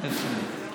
ביטלתי.